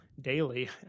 daily